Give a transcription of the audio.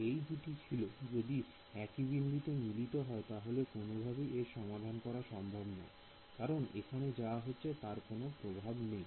এই দুটো যদি একই বিন্দুতে মিলিত না হয় তাহলে কোনভাবেই এর সমাধান করা সম্ভব না কারণ এখানে যা হচ্ছে তার কোনো প্রভাব নেই